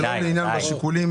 זה לא לעניין שיקולים